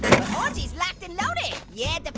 but orangey's locked and loaded yeah, but